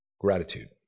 Gratitude